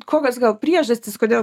kokios gal priežastys kodėl